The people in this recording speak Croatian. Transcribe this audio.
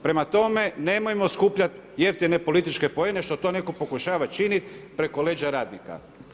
Prema tome, nemojmo skupljati jeftine političke poene, što to netko pokušava činiti, preko leđa radnika.